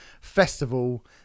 festival